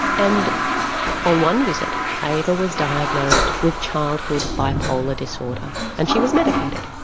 and on one visit ava was diagnosed with childhood bipolar disorder and she was medicated.